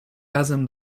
razem